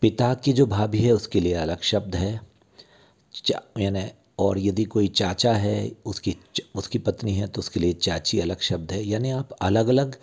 पिता की जो भाभी है उसके लिए अलग शब्द है यानी और यदि कोई चाचा है उसकी उसकी पत्नी है तो उसके लिए चाची अलग शब्द है यानि आप अलग अलग